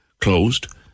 closed